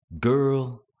girl